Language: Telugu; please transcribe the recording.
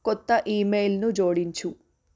కొత్త ఇమెయిల్ను జోడించు